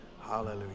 Hallelujah